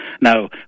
Now